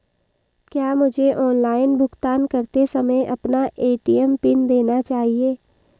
क्या मुझे ऑनलाइन भुगतान करते समय अपना ए.टी.एम पिन देना चाहिए?